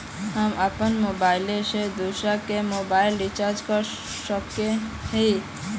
हम अपन मोबाईल से दूसरा के मोबाईल रिचार्ज कर सके हिये?